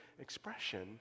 expression